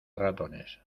ratones